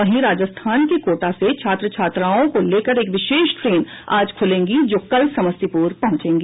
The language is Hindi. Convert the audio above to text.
वहीं राजस्थान के कोटा से छात्र छात्राओं को लेकर एक विशेष ट्रेन आज खूलेंगी जो कल समस्तीपुर पहुंचेगी